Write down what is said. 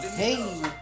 hey